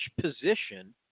position